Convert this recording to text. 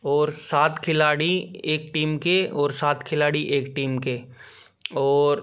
और सात खिलाड़ी एक टीम के और सात खिलाड़ी एक टीम के और